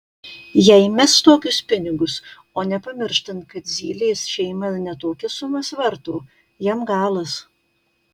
jei mes tokius pinigus o nepamirštant kad zylės šeima ir ne tokias sumas varto jam galas